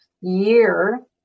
year